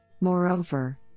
Moreover